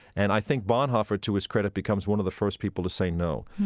and i think bonhoeffer, to his credit, becomes one of the first people to say no.